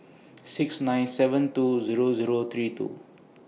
six nine seven two Zero Zero three two